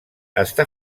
està